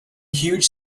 huge